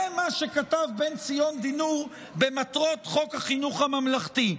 זה מה שכתב בן-ציון דינור במטרות חוק החינוך הממלכתי: